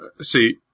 see